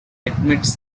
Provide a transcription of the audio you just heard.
admits